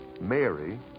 Mary